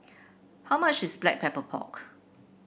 how much is Black Pepper Pork